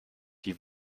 die